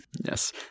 Yes